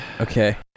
Okay